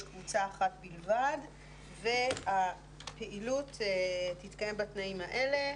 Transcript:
קבוצה אחת בלבד והפעילות תתקיים בתנאים האלה,